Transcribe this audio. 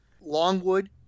Longwood